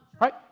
right